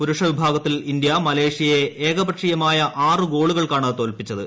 പുരുഷ വിഭാഗത്തിൽ ഇന്ത്യ മലേഷ്യയെ ഏകപക്ഷീയമായ ആറു ഗോളുകൾക്കാണ് തോൽപിച്ചത്